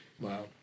wow